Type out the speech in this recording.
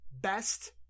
best